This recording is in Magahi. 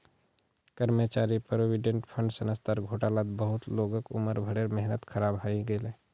कर्मचारी प्रोविडेंट फण्ड संस्थार घोटालात बहुत लोगक उम्र भरेर मेहनत ख़राब हइ गेले